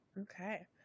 Okay